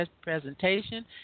presentation